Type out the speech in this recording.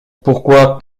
pourquoi